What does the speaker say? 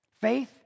Faith